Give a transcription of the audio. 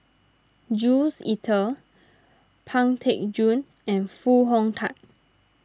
Jules Itier Pang Teck Joon and Foo Hong Tatt